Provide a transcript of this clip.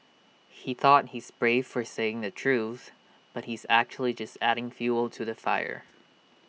he thought he's brave for saying the truth but he's actually just adding fuel to the fire